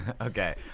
Okay